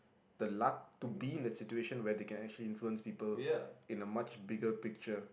the luck to be in the situation where they can actually influence people in the much bigger picture